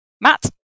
Matt